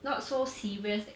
not so serious eh